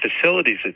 facilities